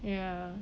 ya